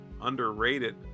Underrated